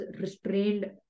restrained